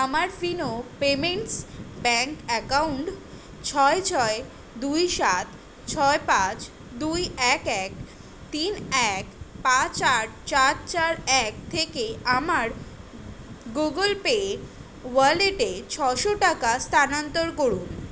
আমার Fino payments bank account ছয় ছয় দুই সাত ছয় পাঁচ দুই এক এক তিন এক পাঁচ আট চার চার এক থেকে আমার গুগুল পে ওয়ালেটে ছশো টাকা স্থানান্তর করুন